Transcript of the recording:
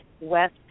West